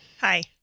Hi